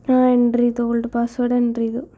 ആഹ് enter ചെയ്തു old password enter ചെയ്തു